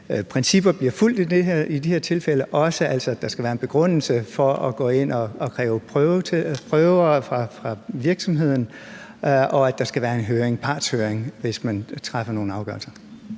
principper bliver fulgt i de her tilfælde, altså også at der skal være en begrundelse for at gå ind og kræve prøver fra virksomheden, og at der skal være en partshøring, hvis man træffer nogle afgørelser.